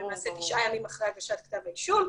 למעשה תשעה ימים לאחר הגשת כתב האישום.